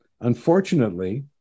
unfortunately